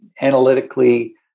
analytically